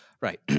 Right